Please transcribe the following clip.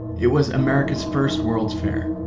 it was america's first world's fair,